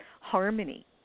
harmony